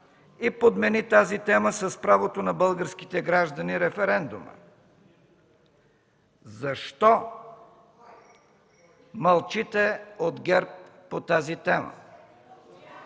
и подмени тази тема с правото на българските граждани – референдумът? Защо мълчите от ГЕРБ по тази тема?